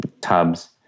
Tubs